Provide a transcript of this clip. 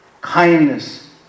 kindness